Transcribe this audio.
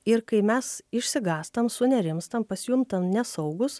ir kai mes išsigąstam sunerimstam pasijuntam nesaugūs